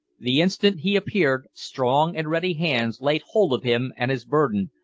the instant he appeared, strong and ready hands laid hold of him and his burden,